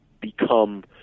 become